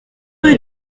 rue